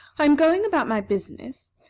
i am going about my business,